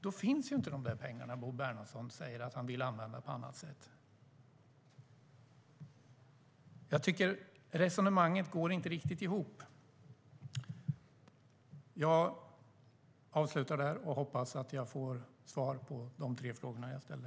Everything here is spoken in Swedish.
Då finns inte de pengar som Bo Bernhardsson säger att han vill använda på annat sätt. Resonemanget går inte riktigt ihop. Jag avslutar där och hoppas att jag får svar på de tre frågorna jag ställde.